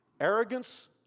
Arrogance